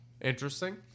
Interesting